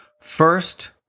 First